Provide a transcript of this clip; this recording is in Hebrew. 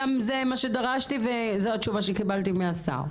זה מה שדרשתי וזו התשובה שקיבלתי מהשר.